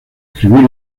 escribir